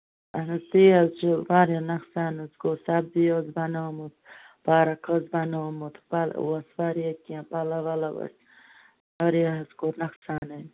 اَہَن حظ تہِ حظ چھُ واریاہ نۄقصان حظ گوٚو سَبزی ٲسۍ بَناومٕژ پارَک ٲسۍ بَنوومُت پھل اوس واریاہ کیٚنٛہہ پَلو وَلو ٲسۍ واریاہَس گوٚو نوقصان اَسہِ